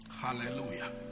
Hallelujah